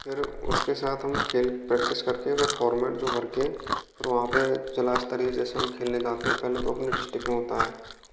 फिर उसके साथ हम खेल प्रैक्टिस करके फॉर्मेट जो भरके फिर वहाँ पर जिला स्तरीय जैसे हम खेलने हम जाते हैं पहले तो अपने डिस्टिक में होता है